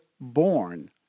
born